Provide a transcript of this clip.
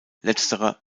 letzterer